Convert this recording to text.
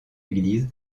église